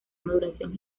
maduración